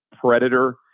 Predator